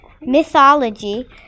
mythology